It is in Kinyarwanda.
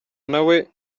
nawe